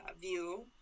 view